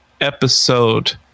episode